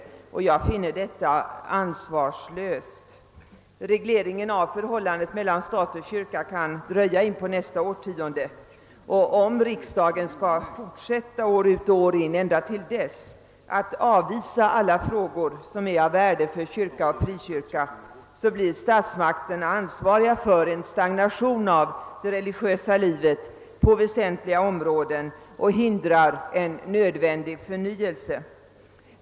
Jag finner detta ansvarslöst. Regleringen av förhållandet mellan stat och kyrka kan dröja in på nästa årtionde. Om riksdagen skall fortsätta till dess, år ut och år in, med att avvisa alla frågor som är av värde för kyrka och frikyrka, blir statsmakterna ansvariga för en stagnation av det religiösa livet på väsentliga områden och hindrar därmed en nödvändig förnyelse.